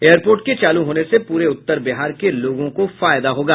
airport के चालू होने से पूरे उत्तर बिहार के लोगों को फायदा होगा